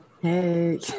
Hey